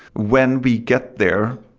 when we get there,